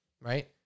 right